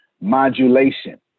modulation